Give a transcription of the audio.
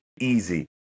Easy